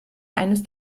eines